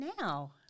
now